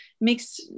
makes